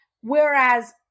Whereas